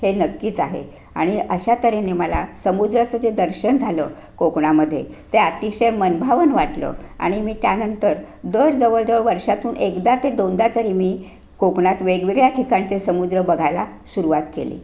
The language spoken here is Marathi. हे नक्कीच आहे आणि अशातऱ्हेने मला समुद्राचं जे दर्शन झालं कोकणामध्ये ते अतिशय मनभावन वाटलं आणि मी त्यानंतर दर जवळजवळ वर्षातून एकदा ते दोनदा तरी मी कोकणात वेगवेगळ्या ठिकाणचे समुद्र बघायला सुरुवात केली